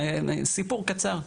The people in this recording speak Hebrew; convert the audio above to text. סיפור קצר.